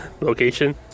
location